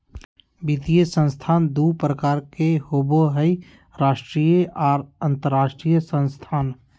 वित्तीय संस्थान दू प्रकार के होबय हय राष्ट्रीय आर अंतरराष्ट्रीय संस्थान